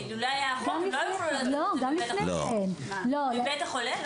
כ אילולא היה החוק לא היו יכולים בבית החולה.